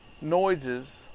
noises